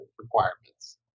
requirements